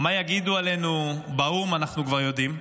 מה יגידו עלינו באו"ם אנחנו כבר יודעים,